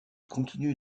continue